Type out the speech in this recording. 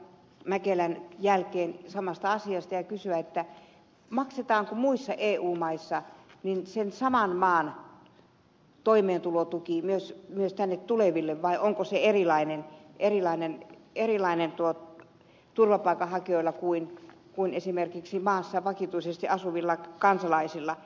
mäkelän jälkeen samasta asiasta ja kysyä maksetaanko muissa eu maissa sama maan toimeentulotuki myös sinne tuleville vai onko se erilainen turvapaikanhakijoilla kuin esimerkiksi maassa vakituisesti asuvilla kansalaisilla